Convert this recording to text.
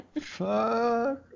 Fuck